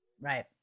Right